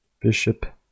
Bishop